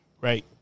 right